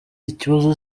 ikibazo